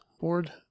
board